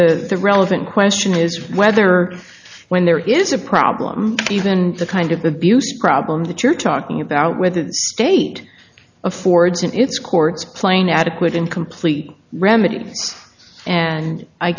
that the relevant question is whether when there is a problem even the kind of abuse problem that you're talking about with state affords in its courts plain adequate incomplete remedy and i